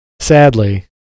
Sadly